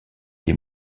des